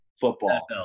football